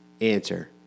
answer